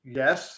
yes